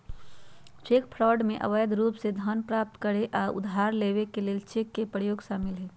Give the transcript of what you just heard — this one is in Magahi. चेक फ्रॉड में अवैध रूप से धन प्राप्त करे आऽ उधार लेबऐ के लेल चेक के प्रयोग शामिल हइ